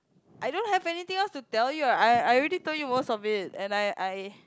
I don't have anything else to tell you I I already told you most of it and I I